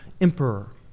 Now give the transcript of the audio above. emperor